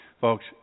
Folks